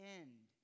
end